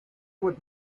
with